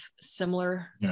similar